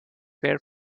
fair